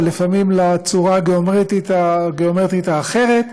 ולפעמים לצורה הגאומטרית האחרת,